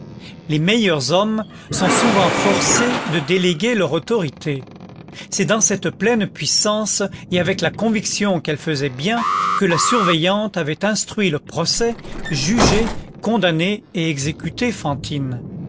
les meilleurs hommes sont souvent forcés de déléguer leur autorité c'est dans cette pleine puissance et avec la conviction qu'elle faisait bien que la surveillante avait instruit le procès jugé condamné et exécuté fantine